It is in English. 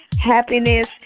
happiness